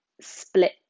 split